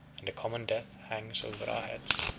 and a common death hangs over our heads.